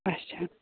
اَچھا